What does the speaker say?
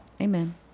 Amen